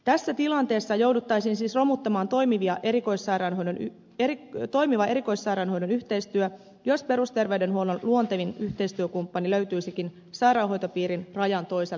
tässä tilanteessa jouduttaisiin siis romuttamaan toimiva erikoissairaanhoidon yhteistyö jos perusterveydenhuollon luontevin yhteistyökumppani löytyisikin sairaanhoitopiirin rajan toiselta puolelta